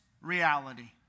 reality